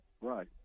Right